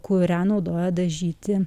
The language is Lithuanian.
kurią naudoja dažyti